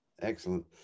Excellent